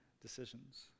decisions